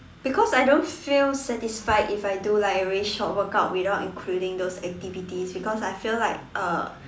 because I don't feel satisfied if I do like very short workout without including those activities because I feel like uh